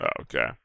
Okay